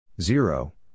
Zero